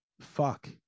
fuck